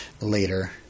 later